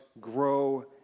grow